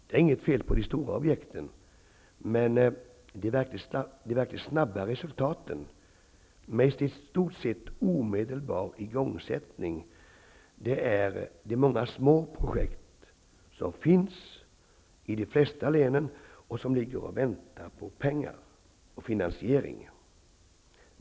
Det är inget fel på de stora objekten, men de verkligt snabba resultaten, med i stort sett omedelbar igångsättning, görs av de många små projekten som finns i de flesta länen och som bara väntar på finansieringen.